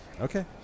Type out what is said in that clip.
Okay